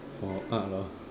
for art lor